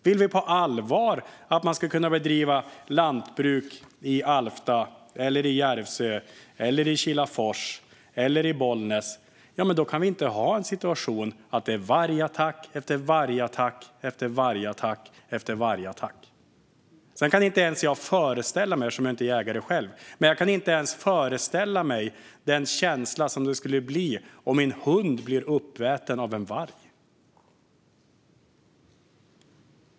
Vill vi på allvar att man ska kunna bedriva lantbruk i Alfta, Järvsö, Kilafors eller Bollnäs kan vi inte ha en situation där det är vargattack efter vargattack efter vargattack efter vargattack. Sedan kan jag inte ens föreställa mig, eftersom jag inte är jägare själv, den känsla som skulle uppstå om min hund blev uppäten av en varg.